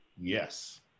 Yes